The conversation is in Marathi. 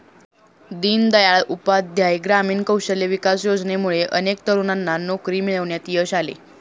दीनदयाळ उपाध्याय ग्रामीण कौशल्य विकास योजनेमुळे अनेक तरुणांना नोकरी मिळवण्यात यश आले